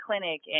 clinic